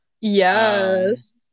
Yes